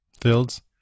Fields